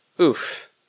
Oof